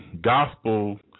gospel